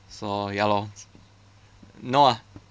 so ya lor no ah